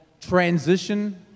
transition –